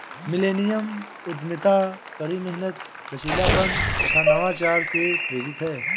millennium उद्यमिता कड़ी मेहनत, लचीलापन तथा नवाचार से प्रेरित है